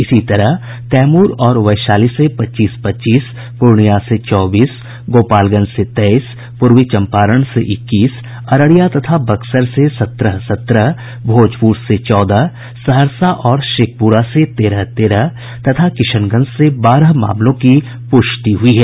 इसी तरह कैमूर और वैशाली से पच्चीस पच्चीस पूर्णिया से चौबीस गोपालगंज से तेईस पूर्वी चंपारण से इक्कीस अररिया तथा बक्सर से सत्रह सत्रह भोजपुर से चौदह सहरसा और शेखपुरा से तेरह तेरह तथा किशनगंज से बारह मामलों की पुष्टि हुयी है